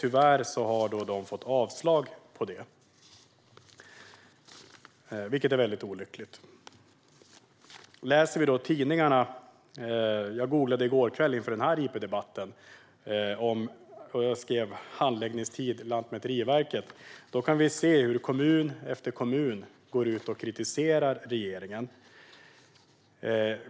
Tyvärr har de fått avslag, vilket är olyckligt. Jag googlade i går inför den här interpellationsdebatten och skrev: handläggningstid Lantmäteriverket. Av träffarna man får kan man se kommun efter kommun som kritiserar regeringen.